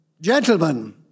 Gentlemen